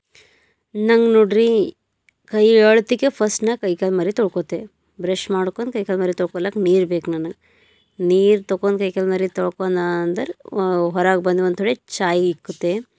ನಂಗೆ ನೋಡಿರಿ ಕೈ ಏಳೊತ್ತಿಗೆ ಫಸ್ಟ್ ನಾನು ಕೈಕಾಲು ಮೋರೆ ತೊಳ್ಕೋತೆ ಬ್ರಷ್ ಮಾಡ್ಕೊಂಡು ಕೈಕಾಲು ಮೋರೆ ತೊಳ್ಕೊಲಕ್ಕ ನೀರು ಬೇಕು ನನಗೆ ನೀರು ತಕೊಂಡ್ ಕೈಕಾಲು ಮೋರೆ ತೊಳ್ಕೊನಾ ಅಂದರೆ ಹೊ ಹೊರಗೆ ಬಂದು ಒಂದು ಥೋಡೆ ಚಾಯ್ ಇಕ್ಕತೇ